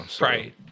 Right